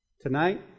Tonight